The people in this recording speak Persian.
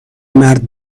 مرد